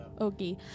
okay